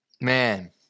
Man